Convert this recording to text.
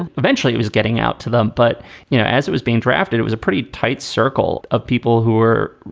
eventually it was getting out to them. but you know, as it was being drafted, it was a pretty tight circle of people who were,